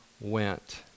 went